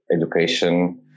education